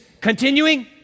continuing